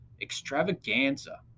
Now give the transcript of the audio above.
extravaganza